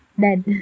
dead